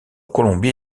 colombie